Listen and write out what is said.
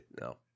No